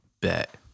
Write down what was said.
Bet